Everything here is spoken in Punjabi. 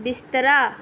ਬਿਸਤਰਾ